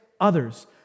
others